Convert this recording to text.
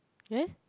there